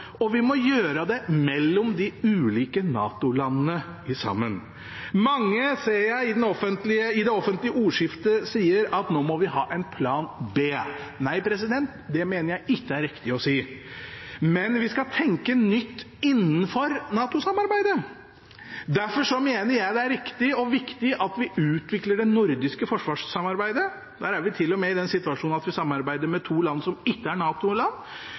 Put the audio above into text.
og vi må gjøre det de ulike NATO-landene sammen. Mange, ser jeg, i det offentlige ordskiftet sier at nå må vi ha en plan B. Nei, det mener jeg ikke er riktig å si. Men vi skal tenke nytt innenfor NATO-samarbeidet. Derfor mener jeg det er riktig og viktig at vi utvikler det nordiske forsvarssamarbeidet. Der er vi til og med i den situasjonen at vi samarbeider med to land som ikke er